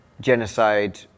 genocide